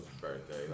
birthday